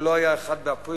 הוא לא היה 1 באפריל,